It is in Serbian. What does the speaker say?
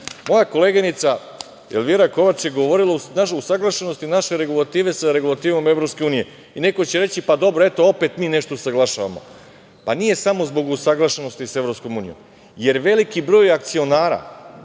koleginica Elvira Kovač je govorila o usaglašenosti naše regulative sa regulativom EU. Neko će reći, pa dobro, eto, opet mi nešto usaglašavamo. Pa, nije samo zbog usaglašenosti sa EU, jer veliki broj akcionara,